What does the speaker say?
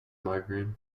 migraine